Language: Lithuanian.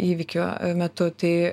įvykio metu tai